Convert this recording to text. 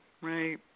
Right